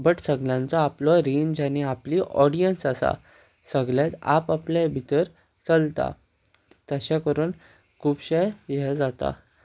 but सगल्यांचो आपलो range आनी आपली ऑडियन्स आसा सगळे आप आपले भितर चलता तशें करून खुबशे हें जाता